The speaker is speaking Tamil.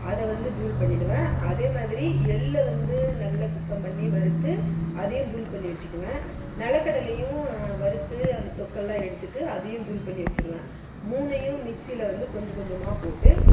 அதை வந்து தூள் பண்ணிடுவேன் அதேமாதிரி எள்ளை நல்ல சுத்தம் பண்ணி வறுத்து அதையும் தூள் பண்ணி வச்சுக்குவேன் நிலக்கடலையும் வறுத்து அந்த தொக்கெலாம் எடுத்துவிட்டு அதையும் தூள் பண்ணி வச்சுடுவேன் மூணையும் மிக்ஸியில் வந்து கொஞ்சம் கொஞ்சமாக போட்டு